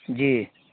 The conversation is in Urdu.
جی